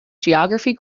geography